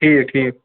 ٹھیٖک ٹھیٖک